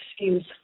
excuse